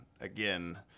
again